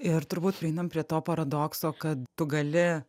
ir turbūt prieinam prie to paradokso kad tu gali